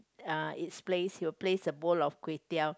uh its place will place a bowl of Kway-Teow